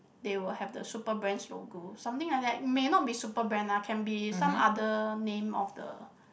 they will have the super brands logo something like that may not be super brand ah can be some other name of the